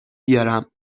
بیارم